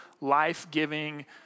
life-giving